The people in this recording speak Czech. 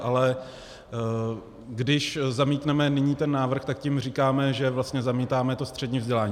Ale když zamítneme nyní ten návrh, tak tím říkáme, že vlastně zamítáme to střední vzdělání.